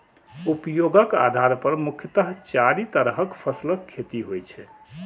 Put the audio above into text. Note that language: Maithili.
उपयोगक आधार पर मुख्यतः चारि तरहक फसलक खेती होइ छै